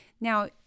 Now